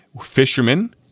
fishermen